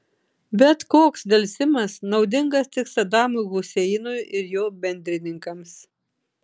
bet koks delsimas naudingas tik sadamui huseinui ir jo bendrininkams